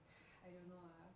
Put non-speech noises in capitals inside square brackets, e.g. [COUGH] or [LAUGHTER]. [BREATH] I don't know ah